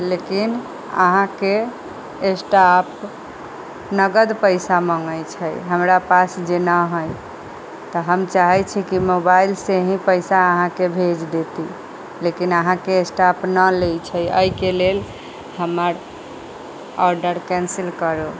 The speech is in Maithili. लेकिन आहाँके स्टाफ नगद पैसा मँगै छै हमरा पास जे ना है तऽ हम चाहे छी की मोबाइल से ही पैसा आहाँकेॅं भेज देती लेकिन आहाँके स्टाफ ना लै छै एहिके लेल हमर ऑर्डर कैंसिल करू